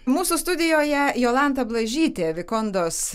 mūsų studijoje jolanta blažytė vikondos